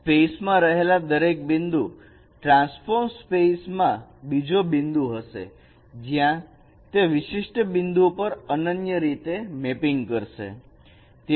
space માં રહેલા દરેક બિંદુ ટ્રાન્સફોર્મડ સ્પેસમાં બીજો બિંદુ હશે જ્યાં તે વિશિષ્ટ બિંદુઓ પર અનન્ય રીતે મેપિંગ કરશે